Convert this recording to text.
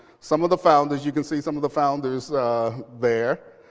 some of the founders, you can see some of the founders there.